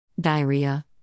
Diarrhea